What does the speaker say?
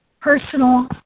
personal